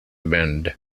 bend